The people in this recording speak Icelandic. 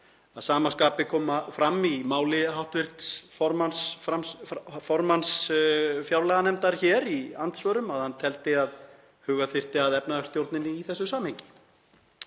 Að sama skapi kom fram í máli hv. formanns fjárlaganefndar hér í andsvörum að hann teldi að huga þyrfti að efnahagsstjórninni í þessu samhengi.